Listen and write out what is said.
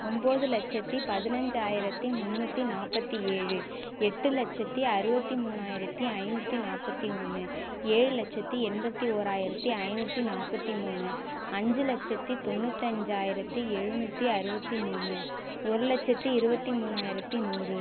ஒம்பது லட்சத்தி பதினைஞ்சாயிரத்தி முன்னூற்றி நாற்பத்தி ஏழு எட்டு லட்சத்தி அறுபத்தி மூணாயிரத்து ஐநூற்றி நாற்பத்தி ஒன்று ஏழு லட்சத்தி எண்பத்து ஓராயிரத்து ஐநூற்றி நாற்பத்தி மூணு அஞ்சு லட்சத்தி தொண்ணூற்றி அஞ்சாயிரத்து எழுநூற்றி அறுபத்தி மூணு ஒரு லட்சத்தி இருபத்தி மூணாயிரத்து நூறு